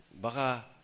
baka